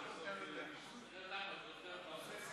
39 בעד, 44 נגד,